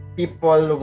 people